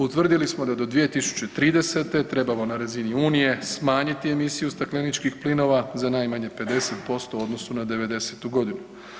Utvrdili smo da do 2030. trebamo na razini unije smanjiti emisiju stakleničkih plinova za najmanje 50% u odnosu na '90.-tu godinu.